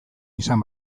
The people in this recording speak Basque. izan